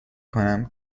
کنم